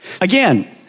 Again